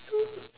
so